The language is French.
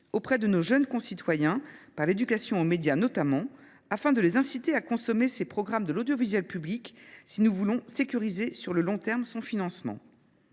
auprès de nos jeunes concitoyens, notamment par l’éducation aux médias, afin de les inciter à consommer les programmes de l’audiovisuel public si nous voulons sécuriser sur le long terme son financement.